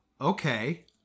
okay